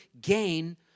gain